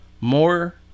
more